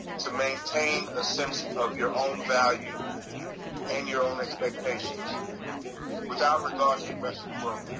to maintain a sense of your own value and your own expectations without regard to the rest of the world.